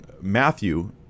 Matthew